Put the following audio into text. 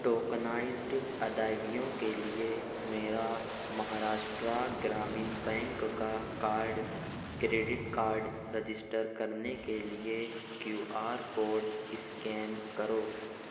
tokenized ادائیگیوں کے لیے میرا مہاراشٹرا گرامین بینک کا کارڈ کریڈٹ کارڈ رجسٹر کرنے کے لیے کیو آر کوڈ اسکین کرو